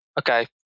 Okay